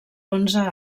onze